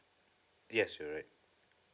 yes you were right